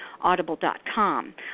Audible.com